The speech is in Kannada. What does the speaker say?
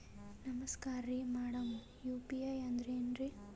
ನಮಸ್ಕಾರ್ರಿ ಮಾಡಮ್ ಯು.ಪಿ.ಐ ಅಂದ್ರೆನ್ರಿ?